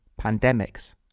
pandemics